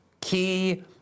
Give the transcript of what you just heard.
key